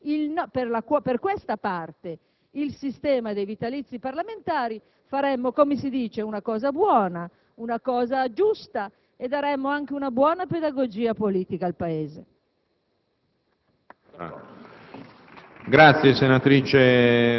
(già cambiato con l'introduzione del sistema contributivo), per questa parte, il sistema dei vitalizi parlamentari faremmo, come si dice, una cosa buona e giusta e daremmo anche dimostrazione di una buona pedagogia politica al Paese.